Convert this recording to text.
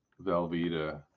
Velveeta